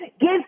Give